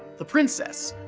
the princess.